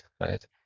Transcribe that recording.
right